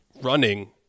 running